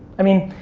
i mean,